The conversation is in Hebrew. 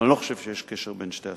אבל אני לא חושב שיש קשר בין שתי הסוגיות.